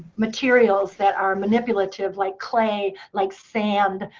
materials that are manipulative, like clay. like sand,